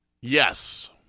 Yes